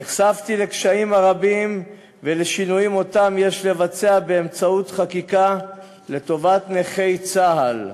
נחשפתי לקשיים הרבים ולשינויים שיש לבצע באמצעות חקיקה לטובת נכי צה"ל.